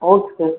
okay sir